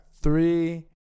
three